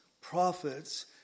prophets